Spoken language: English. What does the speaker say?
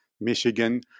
Michigan